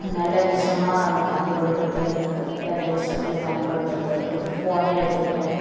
நல்ல விஷயமா நம்ம பயன்படுத்துறதுலையும் இருக்குது கெட்ட விஷயத்துல பயன்படுத்துகிறதும் இருக்குது இப்போ ஃபோனே எடுத்துக்கிட்டாலே